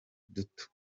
duto